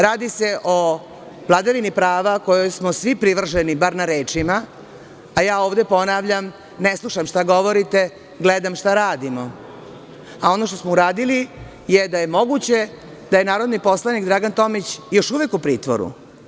Radi se o vladavini prava kojoj smo svi privrženi, bar na rečima, a ja ovde ponavljam - ne slušam šta govorite, gledam šta radimo, a ono što smo uradili jeste da je moguće da je narodni poslanik Dragan Tomić još uvek u pritvoru.